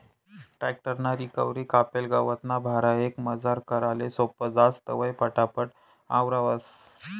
tractor ना रेकवरी कापेल गवतना भारा एकमजार कराले सोपं जास, तवंय पटापट आवरावंस